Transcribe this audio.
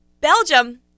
Belgium